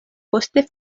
poste